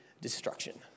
destruction